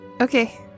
Okay